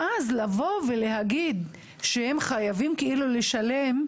ואז לבוא ולהגיד שהם חייבים לשלם,